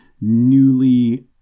newly-